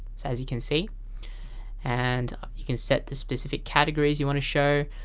so as you can see and you can set the specific categories you want to show,